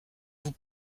vous